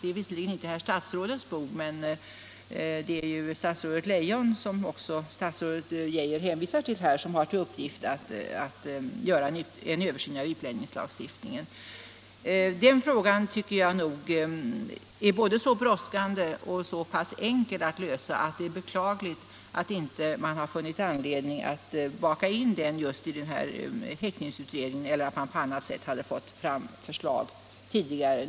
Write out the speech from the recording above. Det är visserligen inte herr statsrådets bord — som justitieministern också hänvisade till är det statsrådet Leijon som har till uppgift att göra en översyn av utlänningslagstiftningen — men jag tycker att den frågan är dels så brådskande, dels så pass enkel att lösa att det är beklagligt att regeringen inte har funnit anledning att baka in den i häktningsutredningen eller att på annat sätt skaffa fram förslag tidigare.